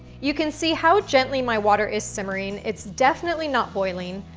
you can see how gently my water is simmering. it's definitely not boiling,